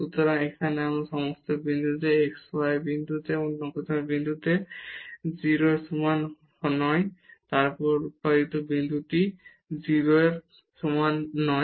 সুতরাং এখানে এই সমস্ত বিন্দুতে x y বিন্দু অন্য কোন বিন্দুতে 0 এর সমান নয় তারপর উৎপাদিত বিন্দুটি 0 এর সমান নয়